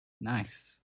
nice